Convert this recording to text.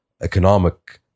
economic